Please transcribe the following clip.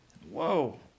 Whoa